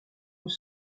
aux